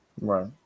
Right